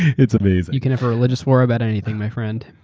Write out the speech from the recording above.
it's amazing. you can have a religious war about anything, my friend.